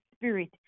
spirit